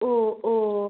ഓ ഓ